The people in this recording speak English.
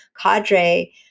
cadre